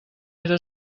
era